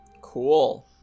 cool